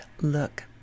look